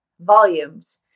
volumes